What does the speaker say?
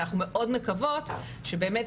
אנחנו מאוד מקוות שבאמת,